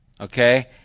okay